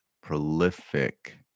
prolific